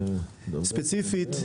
ספציפית,